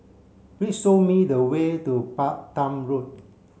please show me the way to Balam Road